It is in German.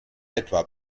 etwa